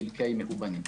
לגבי הגז,